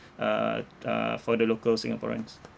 uh uh for the local singaporeans